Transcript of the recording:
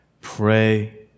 Pray